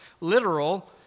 Literal